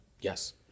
Yes